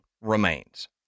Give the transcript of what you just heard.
remains